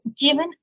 given